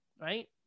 right